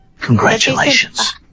Congratulations